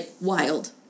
wild